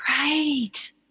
Right